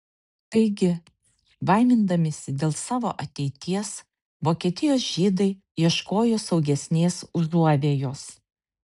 taigi baimindamiesi dėl savo ateities vokietijos žydai ieškojo saugesnės užuovėjos